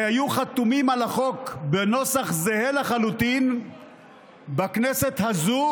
שהיו חתומים על החוק בנוסח זהה לחלוטין בכנסת הזו,